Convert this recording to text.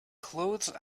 clothes